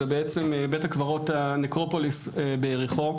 זה בית הקברות הנקרופוליס ביריחו.